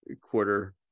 quarter